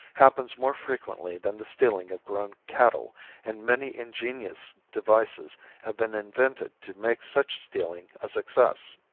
happens more frequently than the stealing of grown cattle and many ingenious devices have been invented to make such stealing a success.